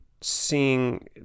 seeing